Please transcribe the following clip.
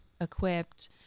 equipped